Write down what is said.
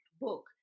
Book